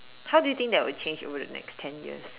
how do you think that will change over the next ten years